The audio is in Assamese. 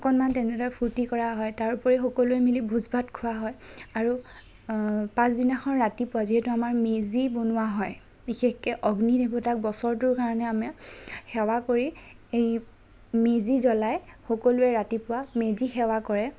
অকণমান তেনেদৰে ফূৰ্তি কৰা হয় তাৰ উপৰি সকলোৱে মিলি ভোজ ভাত খোৱা হয় আৰু পাছদিনাখন ৰাতিপুৱাই যিহেতু আমাৰ মেজি বনোৱা হয় বিশেষকৈ অগ্নিদেৱতাক বছৰটোৰ কাৰণে আমি সেৱা কৰি এই মেজি জ্বলাই সকলোৱে ৰাতিপুৱা মেজি সেৱা কৰে